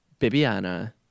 Bibiana